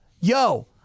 yo